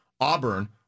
Auburn